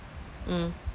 mm